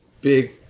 big